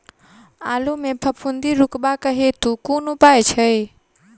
आलु मे फफूंदी रुकबाक हेतु कुन उपाय छै?